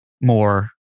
more